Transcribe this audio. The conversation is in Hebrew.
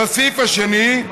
והסעיף השני,